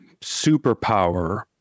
superpower